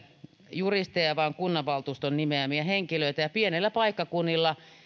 juristeja vaan kunnanvaltuuston nimeämiä henkilöitä ja pienillä paikkakunnilla